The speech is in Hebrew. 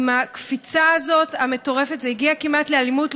עם הקפיצה הזאת המטורפת, זה הגיע כמעט לאלימות.